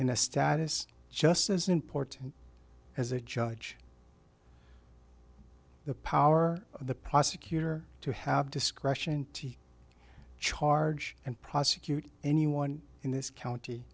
a status just as important as a judge the power of the prosecutor to have discretion charge and prosecute anyone in this county